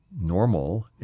normal